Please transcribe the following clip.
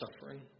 suffering